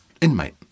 inmate